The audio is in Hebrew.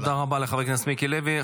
תודה רבה לחבר הכנסת מיקי לוי.